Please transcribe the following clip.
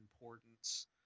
importance